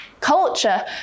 culture